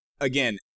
again